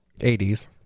80s